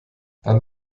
dann